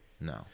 No